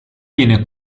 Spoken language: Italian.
viene